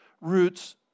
Roots